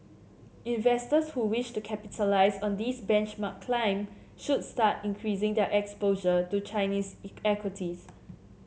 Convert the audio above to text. investors who wish to capitalise on this benchmark climb should start increasing their exposure to Chinese equities